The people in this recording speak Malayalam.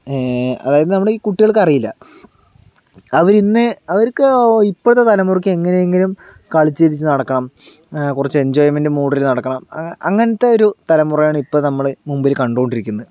അതായത് നമ്മുടെ ഈ കുട്ടികൾക്ക് അറിയില്ല അവർ ഇന്ന് അവർക്ക് ഇപ്പോഴത്തെ തലമുറയ്ക്ക് എങ്ങനെയെങ്കിലും കളിച്ചു ചിരിച്ചു നടക്കണം കുറച്ച് എൻജോയ്മെൻറ് മൂഡിൽ നടക്കണം അങ്ങനത്തെ ഒരു തലമുറയാണ് ഇപ്പോൾ നമ്മളുടെ മുന്നിൽ കണ്ടുകൊണ്ടിരിക്കുന്നത്